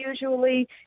usually